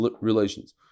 relations